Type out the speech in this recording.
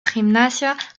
gimnasia